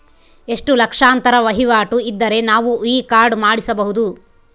ಎಷ್ಟು ಲಕ್ಷಾಂತರ ವಹಿವಾಟು ಇದ್ದರೆ ನಾವು ಈ ಕಾರ್ಡ್ ಮಾಡಿಸಬಹುದು?